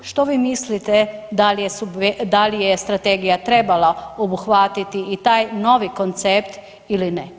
Što vi mislite da li je strategija trebala obuhvatiti i taj novi koncept ili ne?